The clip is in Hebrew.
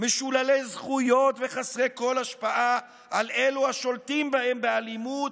משוללי זכויות וחסרי כל השפעה על אלו השולטים בהם באלימות,